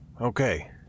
Okay